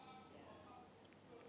ya